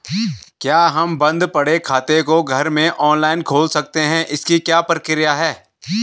क्या हम बन्द पड़े खाते को घर में ऑनलाइन खोल सकते हैं इसकी क्या प्रक्रिया है?